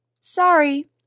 Sorry